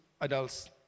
adults